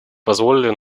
позволили